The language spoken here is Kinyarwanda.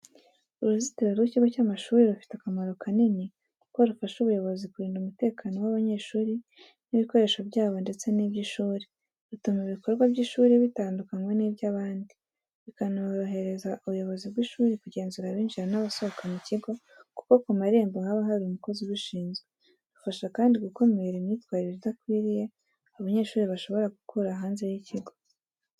Uruzitiro rw’ikigo cy’amashuri rufite akamaro kanini kuko rufasha ubuyobozi kurinda umutekano w’abanyeshuri n’ibikoresho byabo ndetse n’iby’ishuri, rutuma ibikorwa by’ishuri bitandukanywa n’iby’abandi, bikanorohereza ubuyobozi bw'ishuri kugenzura abinjira n’abasohoka mu kigo kuko ku marembo haba hari umukozi ubishinzwe. Rufasha kandi gukumira imyitwarire idakwiriye abanyeshuri bashobora gukura hanze y’ikigo.